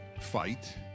fight